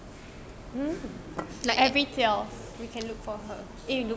like every twelve we can look for her